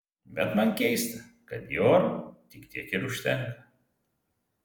bet man keista kad dior tik tiek ir užtenka